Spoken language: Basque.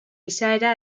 izaera